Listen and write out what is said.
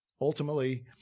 Ultimately